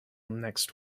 next